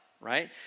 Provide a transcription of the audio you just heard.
right